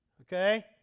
Okay